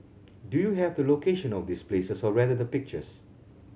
do you have the location of this places or rather the pictures